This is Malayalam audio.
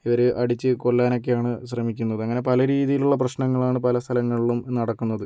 അവരെ അടിച്ചു കൊല്ലാൻ ഒക്കെയാണ് ശ്രമിക്കുന്നത് അങ്ങനെ പല രീതിയിലുള്ള പ്രശ്നങ്ങളാണ് പല സ്ഥലങ്ങളിലും നടക്കുന്നത്